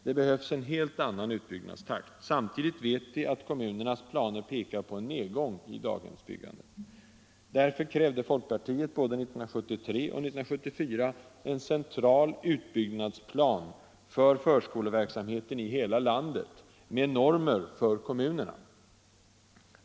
Det behövs en helt annan utbyggnadstakt. Samtidigt vet vi att kommunernas planer pekar på en nedgång i daghemsbyggandet. Därför krävde folkpartiet både 1973 och 1974 en central utbyggnadsplan för förskoleverksamheten i hela landet, med normer för kommunerna.